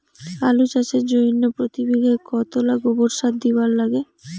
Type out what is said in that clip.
আলু চাষের জইন্যে প্রতি বিঘায় কতোলা গোবর সার দিবার লাগে?